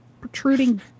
protruding